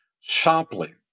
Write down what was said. sharply